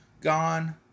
gone